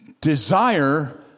desire